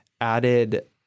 added